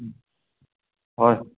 হয়